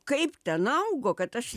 kaip ten augo kad aš